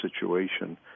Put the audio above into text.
situation